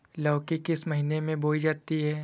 लौकी किस महीने में बोई जाती है?